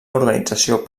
organització